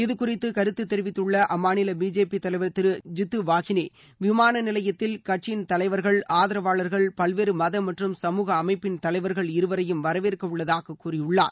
இதுகுறித்து கருத்து தெரிவித்துள்ள அம்மாநில பிஜேபி தலைவர் திரு ஜித்து வாஹினி விமான நிலையத்தில் கட்சியின் தலைவர்கள் ஆதரவாளர்கள் பல்வேறு மத மற்றும் சமூக அமைப்பின் தலைவர்கள் இருவரையும் வரவேற்கவுள்ளதாக கூறியுள்ளார்